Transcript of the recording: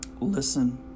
Listen